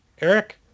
Eric